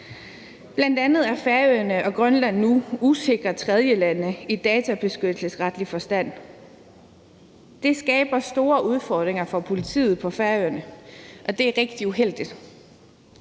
Bl.a. er Færøerne og Grønland nu usikre tredjelande i databeskyttelsesretlig forstand. Det skaber store udfordringer for politiet på Færøerne, og det er rigtig uheldigt.